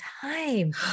time